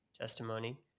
testimony